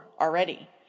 already